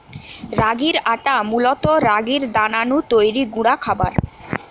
রাগির আটা মূলত রাগির দানা নু তৈরি গুঁড়া খাবার